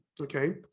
okay